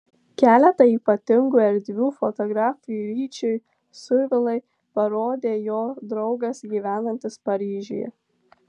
keletą ypatingų erdvių fotografui ryčiui survilai parodė jo draugas gyvenantis paryžiuje